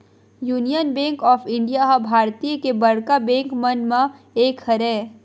union Bank of India ह भारतीय के बड़का बेंक मन म एक हरय